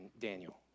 Daniel